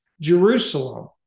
Jerusalem